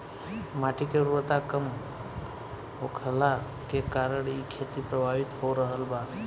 माटी के उर्वरता कम होखला के कारण इ खेती प्रभावित हो रहल बा